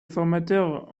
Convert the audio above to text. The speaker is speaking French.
formateur